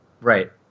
Right